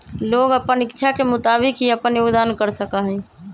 लोग अपन इच्छा के मुताबिक ही अपन योगदान कर सका हई